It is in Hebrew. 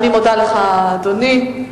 אני מודה לך, אדוני.